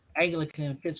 Anglican